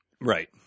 Right